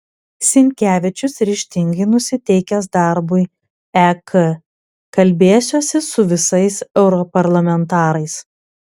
sinkevičius ryžtingai nusiteikęs darbui ek kalbėsiuosi su visais europarlamentarais